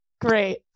Great